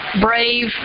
brave